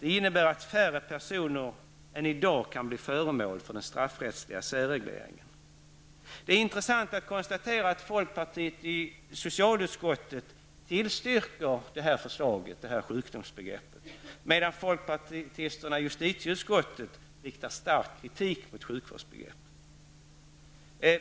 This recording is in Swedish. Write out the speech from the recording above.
Det innebär att färre personer än i dag kan bli föremål för den straffrättsliga särregleringen. Det är intressant att notera att folkpartiets representanter i socialutskottet tillstyrker detta förslag om sjukdomsbegreppet, medan folkpartisterna i justitieutskottet riktar stark kritik mot sjukdomsbegreppet.